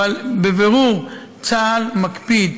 אבל בבירור, צה"ל מקפיד.